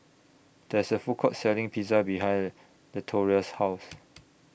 There IS A Food Court Selling Pizza behind Latoria's House